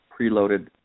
preloaded